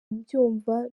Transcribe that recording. mbyumva